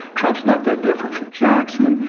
trump's not that different from jackson,